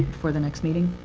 for the next meeting?